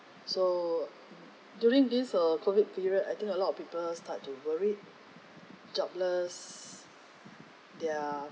so during this uh COVID period I think a lot of people start to worried jobless their